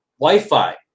wi-fi